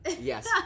Yes